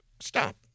Stop